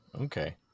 okay